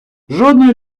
жодної